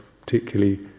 particularly